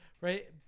right